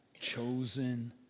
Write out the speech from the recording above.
chosen